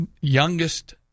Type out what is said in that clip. youngest